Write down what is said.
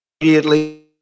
immediately